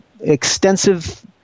extensive